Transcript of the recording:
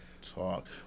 Talk